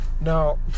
Now